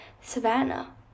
savannah